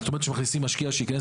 זאת אומרת שמכניסים משקיע שייכנס